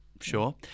sure